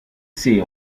say